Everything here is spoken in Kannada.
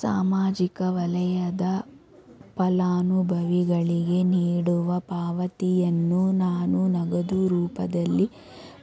ಸಾಮಾಜಿಕ ವಲಯದ ಫಲಾನುಭವಿಗಳಿಗೆ ನೀಡುವ ಪಾವತಿಯನ್ನು ನಾನು ನಗದು ರೂಪದಲ್ಲಿ